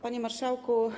Panie Marszałku!